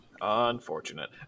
Unfortunate